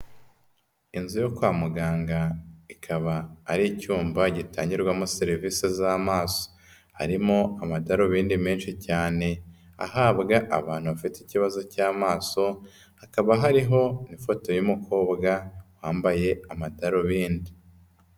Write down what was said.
Inzu yo kwa muganga ikaba ari icyumba gitangirwamo serivisi z'amaso. Harimo amadarubindi menshi cyane ahabwa abantu bafite ikibazo cy'amaso, hakaba hariho n'ifoto y'umukobwa wambaye amadarubindi.